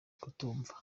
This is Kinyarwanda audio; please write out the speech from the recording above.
kutumva